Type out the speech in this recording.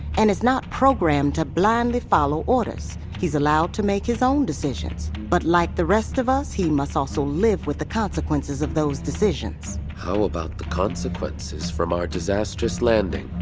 and is not programmed to blindly follow orders. he's allowed to make his own decisions. but like the rest of us, he must also live with the consequences of those decisions how about the consequences from our disastrous landing?